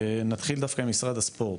נתחיל דווקא עם משרד הספורט.